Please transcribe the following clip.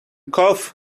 cough